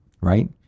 right